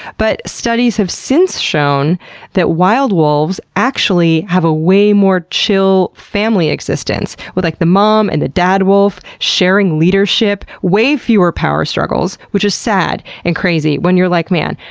but studies have since shown that wild wolves actually have a way more chill family existence, with like the mom and the dad wolf sharing leadership. way fewer power struggles. which is sad and crazy, when you're like, man,